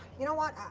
you know what?